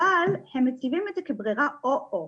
אבל הם מציבים את זה כברירה או או.